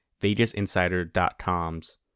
VegasInsider.com's